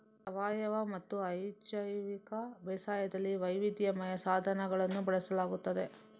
ಸಾವಯವಮತ್ತು ಅಜೈವಿಕ ಬೇಸಾಯದಲ್ಲಿ ವೈವಿಧ್ಯಮಯ ಸಾಧನಗಳನ್ನು ಬಳಸಲಾಗುತ್ತದೆ